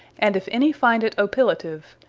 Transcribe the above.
and if any finde it opilative,